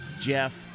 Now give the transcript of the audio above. Jeff